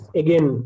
again